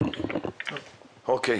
אוקיי.